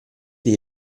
dei